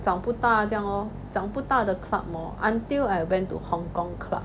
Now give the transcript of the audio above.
长不大这样咯长不大的 club lor until I went to hong-kong club